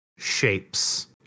shapes